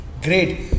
Great